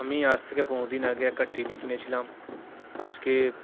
আমি আজ থেকে পনেরো দিন আগে একটা টি ভি কিনেছিলাম আজকে